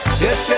yes